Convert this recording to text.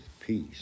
Peace